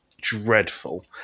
dreadful